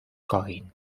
coguin